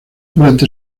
durante